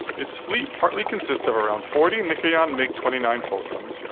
it's fleet partly consists of around forty mikoyan mig twenty nine fulcrums,